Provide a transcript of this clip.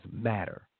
matter